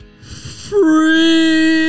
free